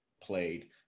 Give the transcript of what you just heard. played